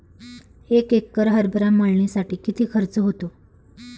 एक एकर हरभरा मळणीसाठी किती खर्च होतो?